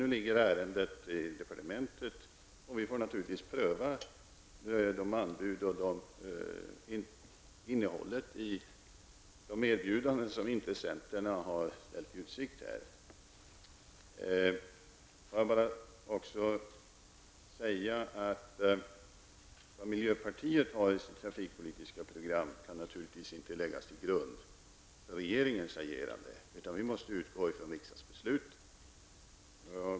Nu ligger ärendet hos departementet, och vi får naturligtvis pröva de anbud och innehållet i de erbjudanden som intressenterna har ställt i utsikt. Får jag bara säga att vad miljöpartiet har i sitt trafikpolitiska program naturligtvis inte kan läggas till grund för regeringens agerande. Vi måste utgå från riksdagsbeslutet.